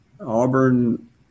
Auburn